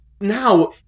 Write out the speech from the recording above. now